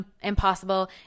impossible